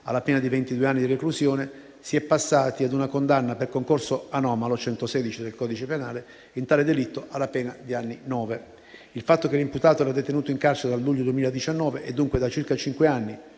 alla pena di ventidue anni di reclusione, si è passati ad una condanna per concorso anomalo (articolo 116 del codice penale) in tale delitto alla pena di anni nove; il fatto che l'imputato era detenuto in carcere dal luglio 2019 e dunque da circa cinque